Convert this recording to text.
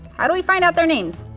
how do we find out their names?